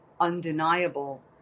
undeniable